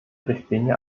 richtlinie